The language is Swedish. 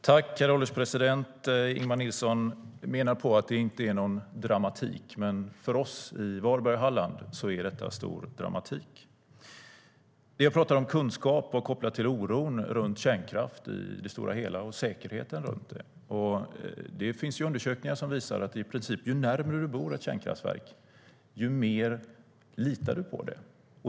Herr ålderspresident! Ingemar Nilsson menar att det inte är någon dramatik. Men för oss i Varberg och Halland är det stor dramatik. Vi har talat om kunskap kopplat till oron för kärnkraft i det stora hela och säkerheten runt det. Det finns undersökningar som visar att ju närmare du bor ett kärnkraftverk, desto mer litar du på det.